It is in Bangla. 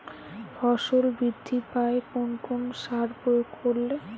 ফসল বৃদ্ধি পায় কোন কোন সার প্রয়োগ করলে?